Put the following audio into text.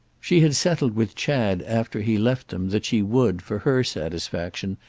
she had settled with chad after he left them that she would, for her satisfaction,